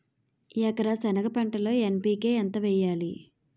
ఎకర సెనగ పంటలో ఎన్.పి.కె ఎంత వేయాలి?